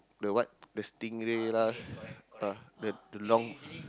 the what the stingray lah uh the long